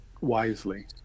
wisely